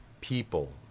people